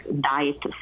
diet